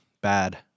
bad